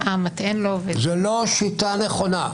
זאת לא שיטה נכונה.